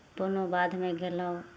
बोनो बाधमे गेलहुँ